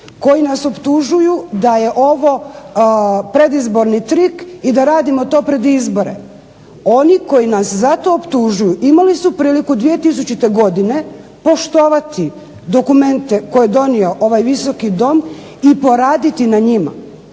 koji nas optužuju da je ovo predizborni trik i da radimo to pred izbore. Oni koji nas za to optužuju imali su priliku 2000-te godine poštovati dokumente koje je donio ovaj Visoki dom i poraditi na njima.